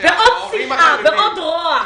עוד שנאה ועוד רוע.